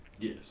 Yes